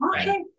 okay